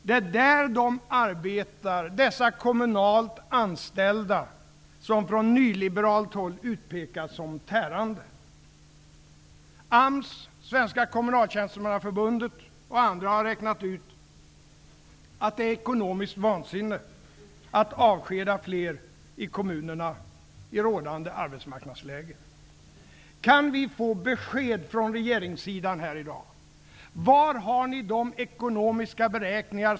Det är där de arbetar, dessa kommunalt anställda, som från nyliberalt håll utpekas som ''tärande''. AMS, Svenska kommunaltjänstemannaförbundet och andra har räknat ut att det är ekonomiskt vansinne att avskeda fler människor i kommunerna i rådande arbetsmarknadsläge. Kan vi få besked från regeringssidan i dag?